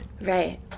Right